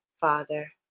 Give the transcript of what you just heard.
Father